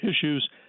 issues